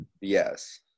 Yes